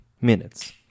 minutes